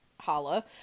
holla